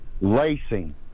lacing